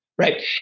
Right